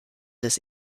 des